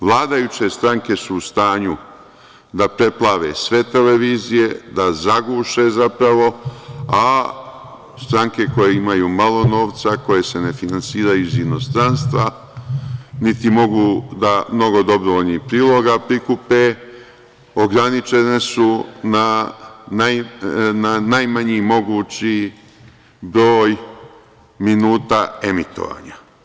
Vladajuće stranke su u stanju da preplave sve televizije, da zaguše zapravo, a stranke koje imaju malo novca, koje se ne finansiraju iz inostranstva, niti mogu da mnogo dobrovoljnih priloga prikupe, ograničene su na najmanji mogući broj minuta emitovanja.